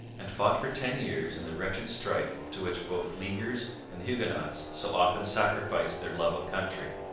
and fought for ten years in the wretched strife to which both leaguers and huguenots so often sacrificed their love of country.